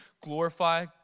glorify